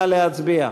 נא להצביע.